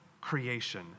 creation